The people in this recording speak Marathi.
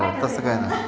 तसं काही नाही